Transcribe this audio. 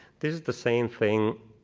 this is the same thing